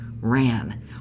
ran